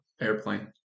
airplane